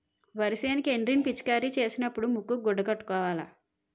వరి సేనుకి ఎండ్రిన్ ను పిచికారీ సేసినపుడు ముక్కుకు గుడ్డ కట్టుకోవాల